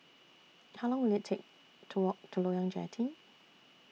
How Long Will IT Take to Walk to Loyang Jetty